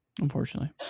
Unfortunately